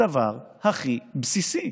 הדבר הכי בסיסי.